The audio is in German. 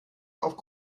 auf